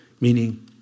meaning